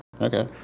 Okay